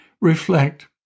reflect